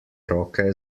roke